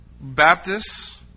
baptists